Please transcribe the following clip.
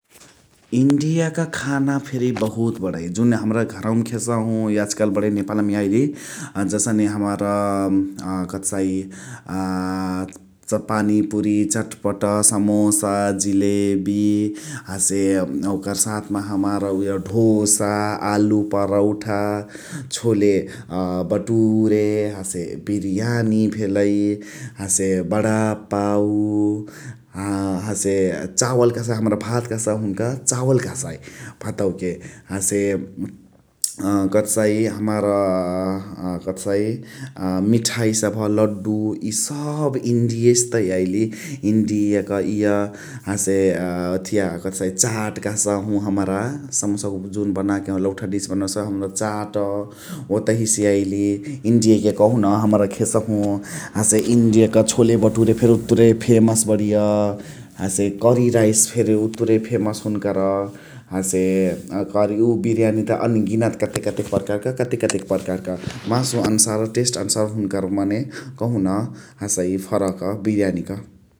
इन्डियाक खाना फेरि बहुत बडइ । जुन हमरा घरखामा खेसहु याजकालु बणइ नेपालमा याइली। जसने हमार कथ कहसइ पानीपुरी, चटपट, समोसा, जिलेबी हसे ओकर साथमा हमार ढोसा, आलु परौठा, छोले बटुरे हसे बिर्यानी भेलइ । हसे बडापाउ आ हसे चावल कहसइ हमरा भात कहसहु हनका चावल कहसइ भातवाके । हसे कथ कहसइ हमार कथ कहसइ मिठाइ सभ लड्‌डु । इ सब इन्डीयासे त याइली । इन्डियाक इय हसे ओथिया कथ कहसइ चाट कहसहु हमरा समोसावाक जुन बनाके लउठा डिस बनोसहू हमरा चाट । ओतहिसे याइल इन्डीयाके कहु न हमारा खेसहू । हसे इन्डियाक छोले बटुरे फेरि उतरे फेमस बडिय । हसे करी राइस फेरि उतरे फेमस हुनकर । हसे उव बिर्यानी त अनगिनत कतेक कतेक प्रकारक कतेक कतेक प्रकारक । मासु अनुसार टेस्ट अनुसार हुनकर मने कहु न हसइ फरक बिर्यानीक ।